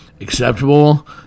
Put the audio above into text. Acceptable